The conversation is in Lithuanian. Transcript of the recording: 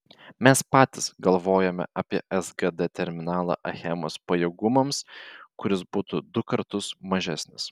mes patys galvojome apie sgd terminalą achemos pajėgumams kuris būtų du kartus mažesnis